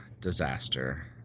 disaster